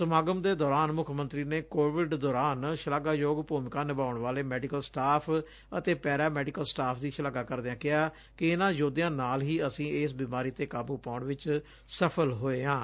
ਸਮਾਗਮ ਦੇ ਦੌਰਾਨ ਮੁੱਖ ਮੰਤਰੀ ਨੇ ਕੋਵਿੱਡ ਦੌਰਾਨ ਸ਼ਲਾਘਾਯੋਗ ਭੁਮਿਕਾ ਨਿਭਾਉਣ ਵਾਲੇ ਮੈਡੀਕਲ ਸਟਾਫ ਅਤੇ ਪੈਰਾ ਮੈਡੀਕਲ ਸਟਾਫ ਦੀ ਸ਼ਲਾਘਾ ਕਰਦਿਆਂ ਕਿਹਾ ਕਿ ਇੰਨਾਂ ਯੋਧਿਆ ਨਾਲ ਹੀ ਅਸੀ ਇਸ ਬਿਮਾਰੀ ਤੇ ਕਾਬੂ ਪਾਊਣ ਵਿਚ ਸਫਲ ਹੋਏ ਹਾਂ